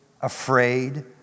afraid